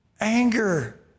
Anger